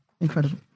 Incredible